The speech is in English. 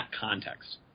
context